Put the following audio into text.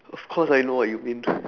of course I know what you mean